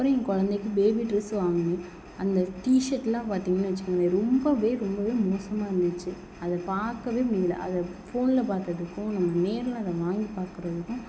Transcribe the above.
அப்புறம் என் குழந்தைக்கு பேபி ட்ரெஸ் வாங்கினேன் அந்த டி ஷர்ட்ல்லாம் பார்த்தீங்கன்னு வச்சுக்கோங்களேன் ரொம்பவே ரொம்பவே மோசமாக இருந்துச்சு அதை பார்க்கவே முடியல அதை ஃபோனில் பார்த்ததுக்கும் நம்ம நேரில் அதை வாங்கி பார்க்கறதுக்கும்